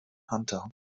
hunter